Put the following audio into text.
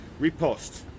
repost